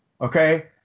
Okay